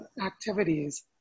activities